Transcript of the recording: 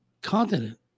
continent